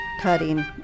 cutting